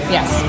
Yes